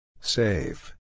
Save